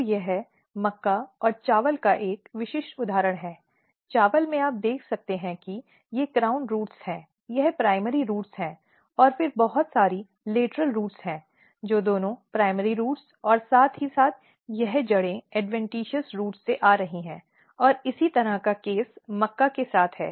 तो यह मक्का और चावल का एक विशिष्ट उदाहरण है चावल में आप देख सकते हैं कि ये क्राउन रूट्स हैं यह प्राइमरी रूट्स हैं और फिर बहुत सारी लेटरल रूट्स हैं जो दोनों प्राइमरी रूट्स और साथ ही साथ यह जड़ें ऐड्वन्टिशस रूट्स से आ रही हैं और इसी तरह का केस मक्का के साथ है